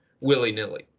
willy-nilly